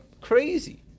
crazy